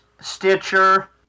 Stitcher